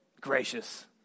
gracious